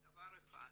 בדבר אחד,